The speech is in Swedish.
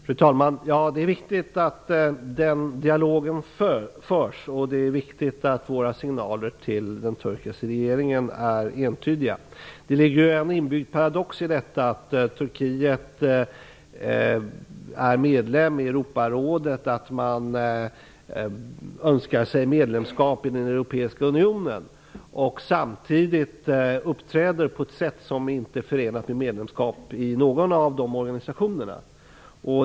Fru talman! Det är viktigt att den dialogen förs, och det är viktigt att våra signaler till den turkiska regeringen är entydiga. Det ligger en inbyggd paradox i att Turkiet är medlem i Europarådet och önskar sig medlemskap i den europeiska unionen och att man samtidigt uppträder på ett sätt som inte är förenligt med medlemskap i någon av de organisationerna.